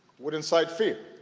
would incite fear